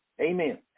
Amen